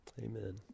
Amen